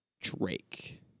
Drake